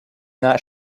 not